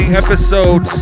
episode